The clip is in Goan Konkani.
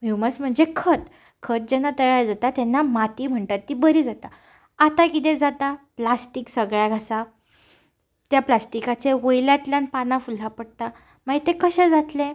ह्यूमस म्हणजे खत खत जेन्ना तयार जाता तेन्ना माती म्हणटात ती बरी जाता आतां कितें जाता प्लास्टीक सगळ्याक आसा त्या प्लास्टीकाच्या वयल्यांतल्यान पानां फुलां पडटा मागीर तें कशें जातलें